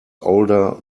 older